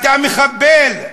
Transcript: אתה מחבל.